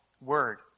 word